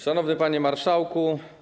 Szanowny Panie Marszałku!